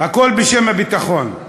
הכול בשם הביטחון: